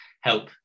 help